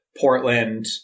Portland